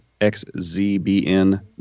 xzbn